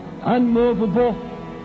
Unmovable